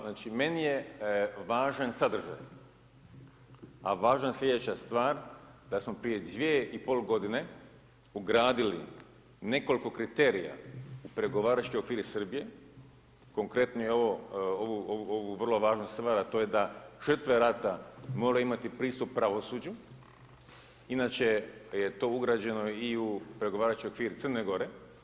Znači, meni je važan sadržaj, a važna slijedeća stvar da smo prije dvije i pol godine ugradili nekoliko kriterija u pregovaračke okvire Srbije, konkretnije ovu vrlo važnu stvar, a to je da žrtve rata moraju imati pristup pravosuđu, inače je to ugrađeno i u pregovarački okvir Crne Gore.